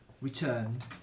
returned